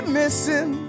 missing